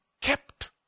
kept